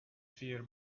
fear